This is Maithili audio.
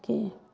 की